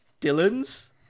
Dylan's